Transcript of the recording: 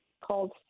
called